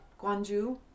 Gwangju